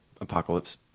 Apocalypse